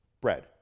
bread